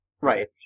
Right